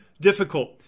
difficult